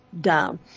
down